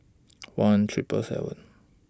one Triple seven